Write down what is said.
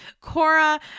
Cora